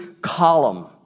column